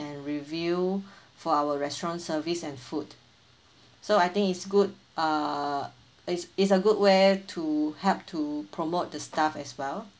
and review for our restaurant service and food so I think it's good uh it's it's a good way to help to promote the staff as well